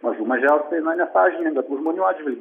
mažų mažiausiai na nesąžininga tų žmonių atžvilgiu